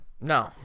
No